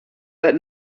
that